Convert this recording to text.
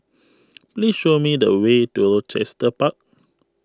please show me the way to Chester Park